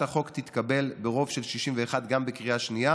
החוק תתקבל ברוב של 61 גם בקריאה שנייה,